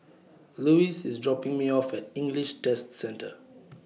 Louis IS dropping Me off At English Test Centre